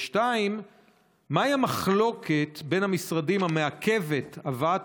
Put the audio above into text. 2. מהי המחלוקת בין המשרדים המעכבת את הבאת